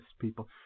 people